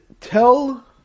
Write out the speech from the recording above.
tell